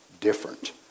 different